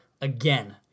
again